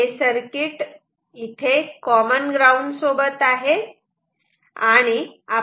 हे circuit common ground सोबत आहे